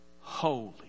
Holy